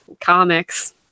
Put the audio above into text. comics